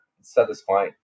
satisfying